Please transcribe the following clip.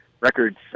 Records